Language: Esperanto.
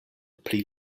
pli